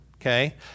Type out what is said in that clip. okay